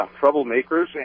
troublemakers